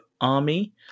army